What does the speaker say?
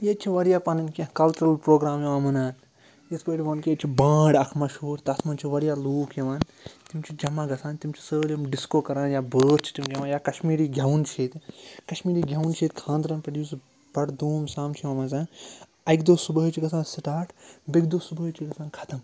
ییٚتہِ چھِ وارِیاہ پَنٕنۍ کیٚنٛہہ کَلچرَل پروگرام یِوان مُنان یِتھ پٲٹھۍ ووٚن کہِ ییٚتہِ چھِ بانٛڈ اَکھ مشہوٗر تَتھ منٛز چھِ وارِیاہ لوٗکھ یِوان تِم چھِ جمع گَژھان تِم چھِ سٲلِم ڈِسکو کَران یا بٲتھ چھِ تِم یِوان یا کَشمیٖری گٮ۪وُن چھِ ییٚتہِ کَشمیٖری گٮ۪وُن چھِ ییٚتہِ خان درَن پٮ۪ٹھ یُس بَڑٕ دوٗم سام چھُ یِوان مَزان اَکہِ دۄہ صُبحٲے چھِ گَژھان سِٹاٹ بیٚکہِ دۄہ صُبحٲے چھِ گژھان ختٕم